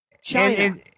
China